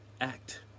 act